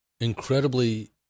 incredibly